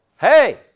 Hey